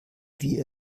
wir